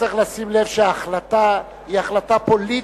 צריך לשים לב שההחלטה היא החלטה פוליטית.